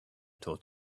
taught